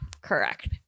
correct